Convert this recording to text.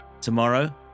tomorrow